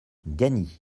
gagny